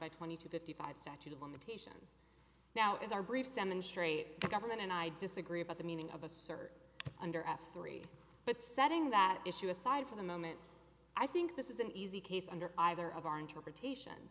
by twenty to fifty five set to limitations now is our briefs demonstrate government and i disagree about the meaning of assert under f three but setting that issue aside for the moment i think this is an easy case under either of our interpretation